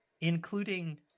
including